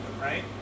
right